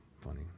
funny